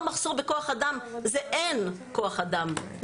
אין כוח אדם,